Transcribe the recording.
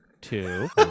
two